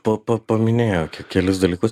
pa pa paminėjo ke kelis dalykus